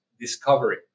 discovery